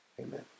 Amen